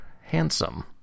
handsome